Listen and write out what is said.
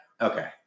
Okay